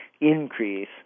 increase